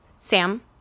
Sam